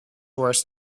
worse